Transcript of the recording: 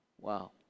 Wow